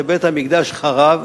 כשבית-המקדש חרב,